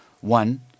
One